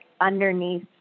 underneath